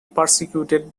persecuted